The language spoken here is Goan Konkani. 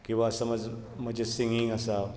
किंवां समज म्हजें सिंगींग आसा